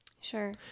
Sure